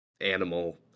animal